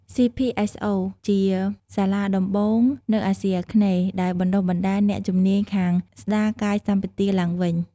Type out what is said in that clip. សុី ភី អេស អូ CPSO ជាសាលាដំបូងនៅអាសុីអាគ្នេហ៍ ដែលបណ្តុះបណ្ដាលអ្នកជំនាញខាងស្ដាយកាយសម្បទាឡើងវិញ។